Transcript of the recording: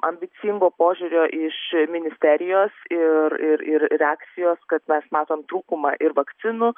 ambicingo požiūrio iš ministerijos ir ir ir reakcijos kad mes matom trūkumą ir vakcinų